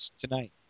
tonight